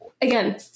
again